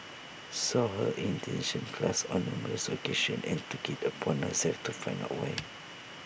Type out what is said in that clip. saw her in detention class on numerous occasions and took IT upon herself to find out voice